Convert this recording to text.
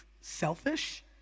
selfish